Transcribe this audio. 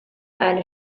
eine